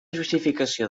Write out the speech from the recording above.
justificació